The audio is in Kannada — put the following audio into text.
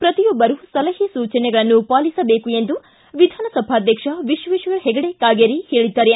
ಪ್ರತಿಯೊಬ್ಬರೂ ಸಲಹೆ ಸೂಚನೆಗಳನ್ನು ಪಾಲಿಸಬೇಕು ಎಂದು ವಿಧಾನ ಸಭಾಧ್ಯಕ್ಷ ವಿಶ್ವೇಶ್ವರ ಹೆಗಡೆ ಕಾಗೇರಿ ಹೇಳದ್ದಾರೆ